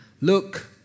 look